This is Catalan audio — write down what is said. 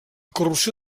corrupció